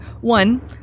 one